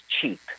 cheap